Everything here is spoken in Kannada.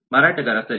ಮಾರಾಟಗಾರ ಸರಿ